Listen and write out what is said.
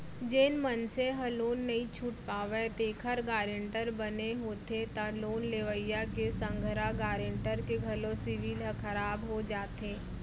जेन मनसे ह लोन नइ छूट पावय तेखर गारेंटर बने होथे त लोन लेवइया के संघरा गारेंटर के घलो सिविल ह खराब हो जाथे